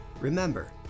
Remember